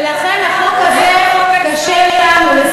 ולכן החוק הזה קשה לנו,